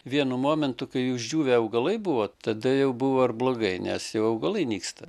vienu momentu kai uždžiūvę augalai buvo tada jau buvo ir blogai nes jau augalai nyksta